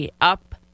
up